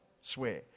swear